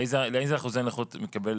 איזה אחוזי נכות מקבל